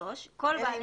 אלא אם